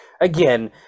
again